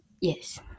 Yes